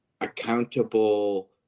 accountable